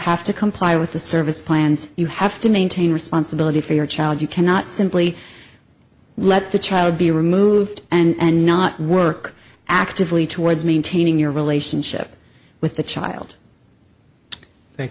have to comply with the service plans you have to maintain responsibility for your child you cannot simply let the child be removed and not work actively towards maintaining your relationship with the child tha